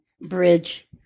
bridge